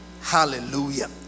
Hallelujah